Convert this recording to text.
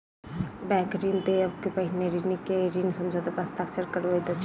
bank ऋण देबअ के पहिने ऋणी के ऋण समझौता पर हस्ताक्षर करबैत अछि